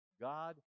God